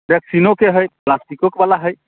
रेक्सिनोके हइ प्लास्टिको बला हइ